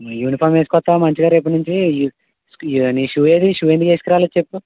uniform వేసుకొత్తవా మంచిగా రేపటి నుంచీ నీ షూ ఎదీ నీ షూ ఎందుకు వేసుకు రాలేదు చెప్పు